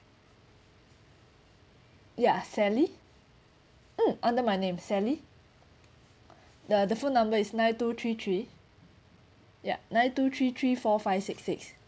ya sally mm under my name sally the the phone number is nine two three three ya nine two three three four five six six